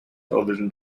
television